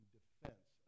defense